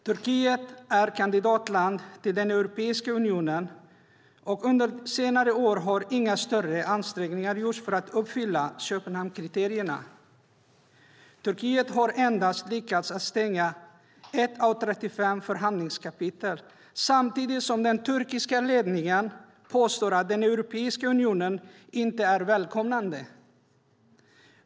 Turkiet är kandidatland till Europeiska unionen, och under senare år har inga större ansträngningar gjorts för att uppfylla Köpenhamnskriterierna. Turkiet har endast lyckats stänga ett av 35 förhandlingskapitel, samtidigt som den turkiska ledningen påstår att Europeiska unionen inte är välkomnande.